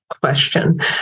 question